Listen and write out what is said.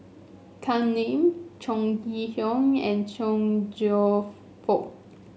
Kam Ning Chong Kee Hiong and Chong Cheong Fook